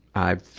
i've, ah,